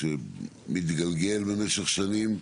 שמתגלגל במשך שנים,